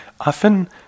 Often